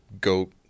GOAT